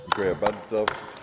Dziękuję bardzo.